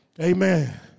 Amen